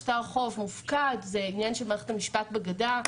שטר חוב מופקד זה עניין של מערכת המשפט בגדה,